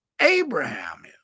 Abraham